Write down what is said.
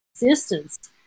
existence